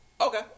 Okay